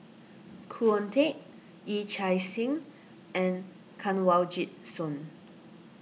Khoo Oon Teik Yee Chia Hsing and Kanwaljit Soin